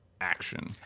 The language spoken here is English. action